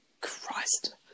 Christ